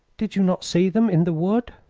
did you not see them in the wood?